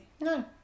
no